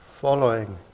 following